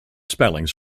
spellings